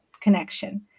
connection